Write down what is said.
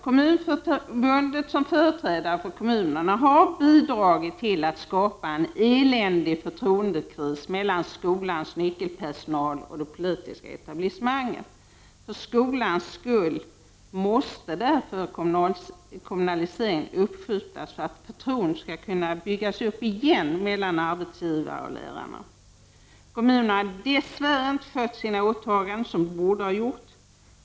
Kommunförbundet, som företrädare för kommunerna, har bidragit till att skapa en eländig förtroendekris mellan skolans nyckelpersonal och det politiska etablissemanget. För skolans skull måste kommunaliseringen uppskjutas för att förtroendet skall kunna skapas igen mellan arbetsgivare och lärare. Kommunerna har dess värre inte skött sina åtaganden på ett sådant sätt som de borde ha gjort.